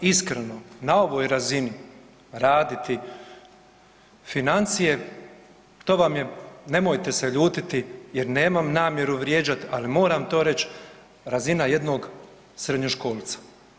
Iskreno, na ovoj razini raditi financije, to vam je, nemojte se ljutiti jer nemam namjeru vrijeđat, al moram to reć, razina jednog srednjoškolca.